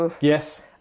yes